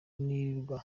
nirirwa